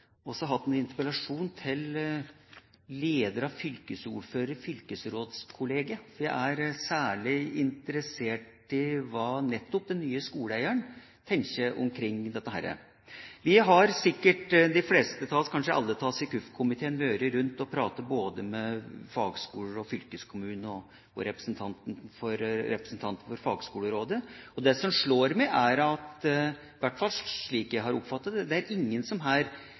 interpellasjon, stilt til leder av fylkesrådkollegiet. Jeg er særlig interessert i nettopp hva den nye skoleeieren tenker om dette. Sikkert har de fleste av oss – kanskje alle i KUF-komiteen – vært omkring og pratet med både fagskoler, fylkeskommuner og representanter for fagskolerådet. Det som slår meg – iallfall slik jeg har oppfattet det – er at det er ingen som har bedt om omkamp eller som ikke ønsker å sette det nye systemet ut i livet. Tvert imot er